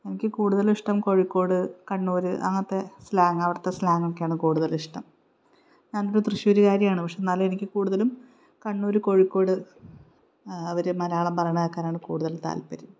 എനിക്ക് കൂടുതലിഷ്ടം കോഴിക്കോട് കണ്ണൂർ അങ്ങനത്തെ സ്ലാങ്ങ് അവിടത്തെ സ്ലാങ്ങൊക്കെയാണ് കൂടുതലിഷ്ടം ഞാനൊരു തൃശ്ശൂരുകാരിയാണ് പക്ഷെ എന്നാലും എനിക്ക് കൂടുതലും കണ്ണൂർ കോഴിക്കോട് അവർ മലയാളം പറയണ കേൾക്കാനാണ് കൂടുതൽ താല്പര്യം